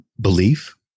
belief